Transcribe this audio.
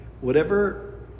Whatever